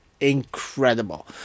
incredible